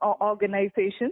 organizations